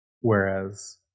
Whereas